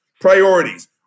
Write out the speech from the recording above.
Priorities